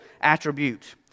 attribute